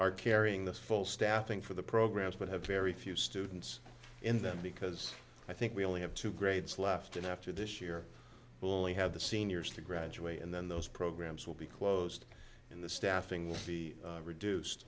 are carrying the full staffing for the programs but have very few students in them because i think we only have two grades left and after this year will only have the seniors to graduate and then those programs will be closed in the staffing will be reduced